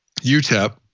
UTEP